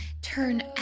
turn